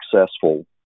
successful